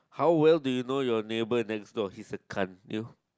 how well do you now your neighbour next door he is a cunt you